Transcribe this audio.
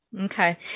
Okay